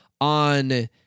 on